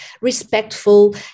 respectful